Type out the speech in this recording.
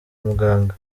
muganga